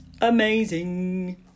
Amazing